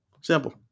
Simple